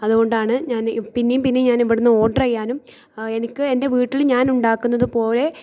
അതുകൊണ്ടാണ് ഞാന് പിന്നേയും പിന്നേയും ഞാൻ ഇവിടുന്ന് ഓർഡർ ചെയ്യാനും എനിക്ക് എൻ്റെ വീട്ടില് ഞാനുണ്ടാക്കുന്നത് പോലെ